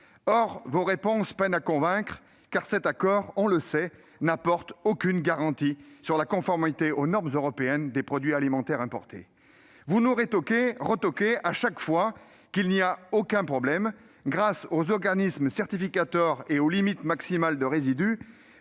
Or vos réponses peinent à convaincre, car cet accord, on le sait, n'apporte aucune garantie sur la conformité aux normes européennes des produits alimentaires importés. Vous nous rétorquez chaque fois qu'il n'y a aucun problème, que, grâce aux organismes certificateurs et aux limites maximales de résidus